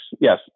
Yes